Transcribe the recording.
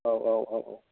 औ औ औ